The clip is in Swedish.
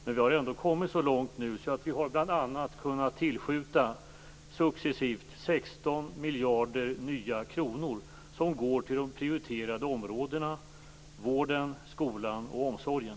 Men vi har nu ändå kommit så långt att vi bl.a. successivt har kunnat tillskjuta 16 miljarder nya kronor som går till de prioriterade områdena: vården, skolan och omsorgen.